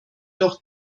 doch